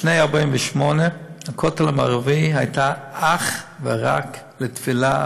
לפני 48' הכותל המערבי היה אך ורק לתפילה,